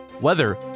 weather